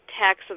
tax